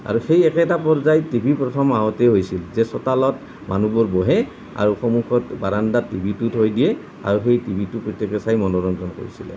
আৰু সেই একেটা পৰ্যায় টিভি প্ৰথম আহোঁতেও হৈছিল যে চোতালত মানুহবোৰ বহে আৰু সন্মুখত বাৰান্দাত টিভিটো থৈ দিয়ে আৰু সেই টিভিটো প্ৰত্যেকে চাই মনোৰঞ্জন কৰিছিলে